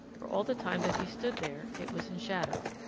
for all the time that he stood there it was in shadow.